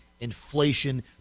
inflation